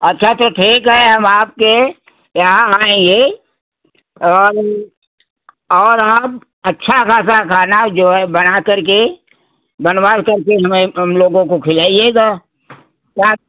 अच्छा त ठीक है हम आपके यहाँ आएंगे और और हम खासा खाना जो है बना करके बनवा करके भई हम लोगों को खिलाइएगा क्या